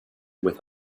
with